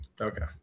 okay